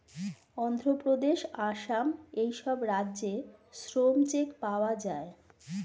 অন্ধ্রপ্রদেশ, আসাম এই সব রাজ্যে শ্রম চেক পাওয়া যায়